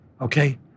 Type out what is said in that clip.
okay